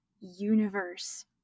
universe